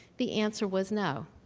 the answer was, no,